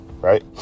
right